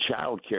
childcare